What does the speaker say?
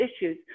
issues